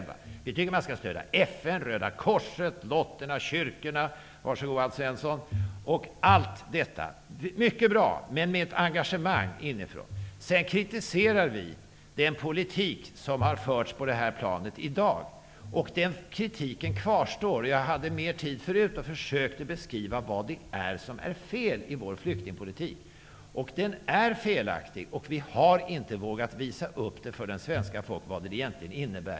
Vi tycker att man skall stödja FN, Röda korset, Lottorna, kyrkorna osv. Varsågod, Alf Svensson! Allt detta skall ske med ett engagemang inifrån. Vi kritiserar den politik som har förts på det här planet i dag. Den kritiken kvarstår. Jag hade mer taletid till förfogande tidigare och försökte då beskriva vad det är som är fel i den svenska flyktingpolitiken. Den är felaktig, och vi har inte vågat visa upp för svenska folket vad den egentligen innebär.